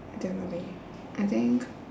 I don't know leh I think